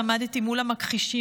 כשעמדתי מול המכחישים,